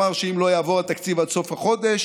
ואמר שאם לא יעבור התקציב עד סוף החודש